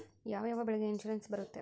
ಯಾವ ಯಾವ ಬೆಳೆಗೆ ಇನ್ಸುರೆನ್ಸ್ ಬರುತ್ತೆ?